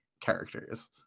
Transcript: characters